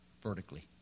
vertically